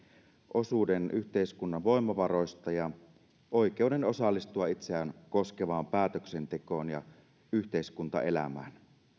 osuuden yhteiskunnan voimavaroista ja oikeuden osallistua itseään koskevaan päätöksentekoon ja yhteiskuntaelämään